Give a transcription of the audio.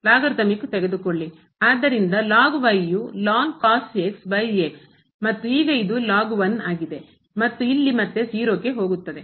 ಆದ್ದರಿಂದ ಮತ್ತು ಈಗ ಇದು ಮತ್ತು ಇಲ್ಲಿ ಮತ್ತೆ 0 ಕ್ಕೆ ಹೋಗುತ್ತದೆ